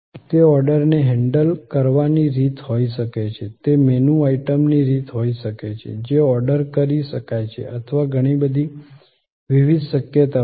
તે ઓર્ડરને હેન્ડલ કરવાની રીત હોઈ શકે છે તે મેનૂ આઇટમની રીત હોઈ શકે છે જે ઓર્ડર કરી શકાય છે અથવા ઘણી બધી વિવિધ શક્યતાઓ છે